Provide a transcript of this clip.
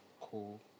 cool